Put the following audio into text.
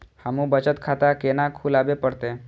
हमू बचत खाता केना खुलाबे परतें?